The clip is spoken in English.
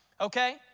okay